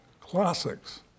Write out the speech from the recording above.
classics